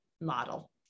model